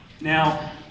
Now